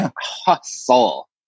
hustle